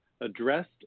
addressed